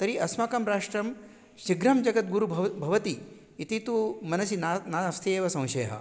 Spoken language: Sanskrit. तर्हि अस्माकं राष्ट्रं शीघ्रं जगद्गुरुः भवेत् भवति इति तु मनसि न न अस्ति एव संशयः